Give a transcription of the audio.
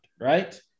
Right